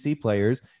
players